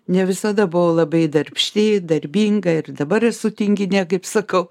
ne visada buvau labai darbšti darbinga ir dabar esu tinginė kaip sakau